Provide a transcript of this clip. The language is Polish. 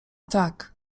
tak